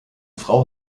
frau